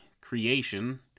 creation